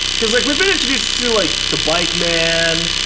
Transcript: because like we've been introduced to like the bike man.